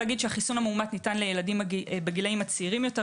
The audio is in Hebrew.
ניתן לילדים בגילאים הצעירים האלה